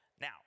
Now